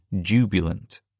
jubilant